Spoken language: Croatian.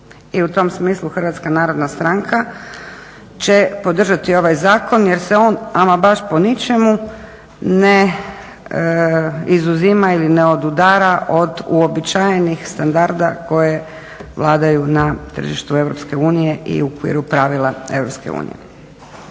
I u tom smislu HNS će podržati ovaj zakon jer se on ama baš po ničemu ne izuzima ili ne odudara od uobičajenih standarda koje vladaju na tržištu EU i u okviru pravila EU.